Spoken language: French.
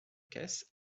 caisses